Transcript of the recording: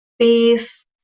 peace